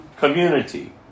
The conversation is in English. Community